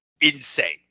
insane